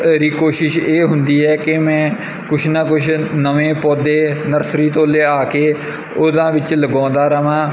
ਮੇਰੀ ਕੋਸ਼ਿਸ਼ ਇਹ ਹੁੰਦੀ ਹੈ ਕਿ ਮੈਂ ਕੁਛ ਨਾ ਕੁਛ ਨਵੇਂ ਪੌਦੇ ਨਰਸਰੀ ਤੋਂ ਲਿਆ ਕੇ ਉਹਨਾਂ ਵਿੱਚ ਲਗਾਉਂਦਾ ਰਹਾਂ